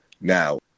Now